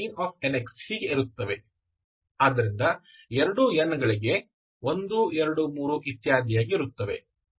ಆದ್ದರಿಂದ ಎರಡೂ n ಗೆ 1 2 3